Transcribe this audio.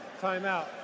timeout